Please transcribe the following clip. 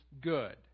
good